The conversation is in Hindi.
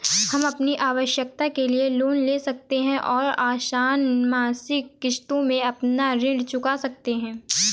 हम अपनी आवश्कता के लिए लोन ले सकते है और आसन मासिक किश्तों में अपना ऋण चुका सकते है